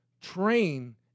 train